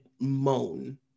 moan